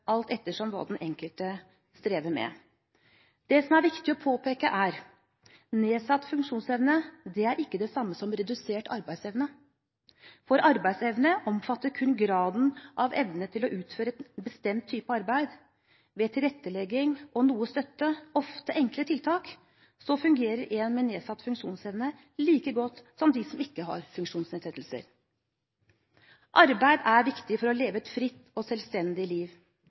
alt etter som hva den enkelte strever med. Det som er viktig å påpeke, er: Nedsatt funksjonsevne er ikke det samme som redusert arbeidsevne, for arbeidsevne omfatter kun graden av evne til å utføre en bestemt type arbeid. Med tilrettelegging og noe støtte, ofte enkle tiltak, fungerer en med nedsatt funksjonsevne like godt som dem som ikke har